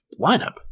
lineup